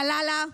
/ לה לה לה,